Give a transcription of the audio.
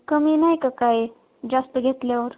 कमी नाही का काही जास्त घेतल्यावर